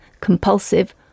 compulsive